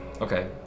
Okay